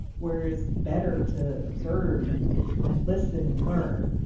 where it's better to observe and and listen and learn.